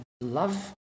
love